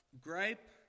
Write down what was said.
gripe